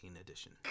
edition